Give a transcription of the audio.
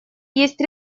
есть